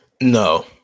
No